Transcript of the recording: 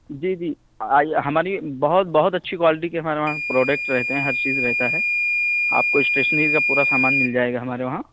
جی جی آئیے ہماری بہت بہت اچھی کوالٹی کے ہمارے وہاں پروڈکٹ رہتے ہیں ہر چیز رہتا ہے آپ کو اسٹیشنری کا پورا سامان مل جائے گا ہمارے وہاں